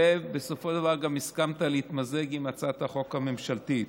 ובסופו של דבר גם הסכמת להתמזג עם הצעת החוק הממשלתית.